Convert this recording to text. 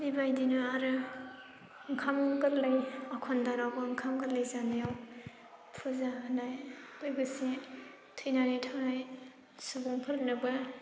बेबायदिनो आरो ओंखाम गोरलै आघोन दानावबो ओंखाम गोरलै जानायाव फुजा होनाय लोगोसे थैनानै थांनाय सुबुंफोरनोबो